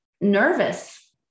nervous